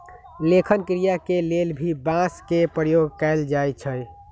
लेखन क्रिया के लेल भी बांस के प्रयोग कैल जाई छई